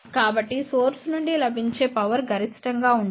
కాబట్టి సోర్స్ నుండి లభించే పవర్ గరిష్టం గా ఉంటుంది